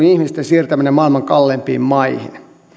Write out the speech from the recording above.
ihmisten siirtäminen maailman kalleimpiin maihin